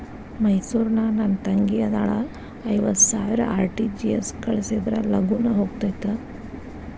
ಮೈಸೂರ್ ನಾಗ ನನ್ ತಂಗಿ ಅದಾಳ ಐವತ್ ಸಾವಿರ ಆರ್.ಟಿ.ಜಿ.ಎಸ್ ಕಳ್ಸಿದ್ರಾ ಲಗೂನ ಹೋಗತೈತ?